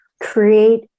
create